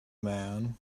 man